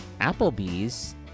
Applebee's